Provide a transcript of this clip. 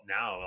now